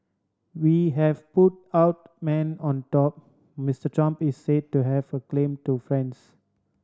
we have put out man on top Mister Trump is say to have a claim to friends